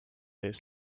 ees